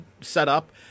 setup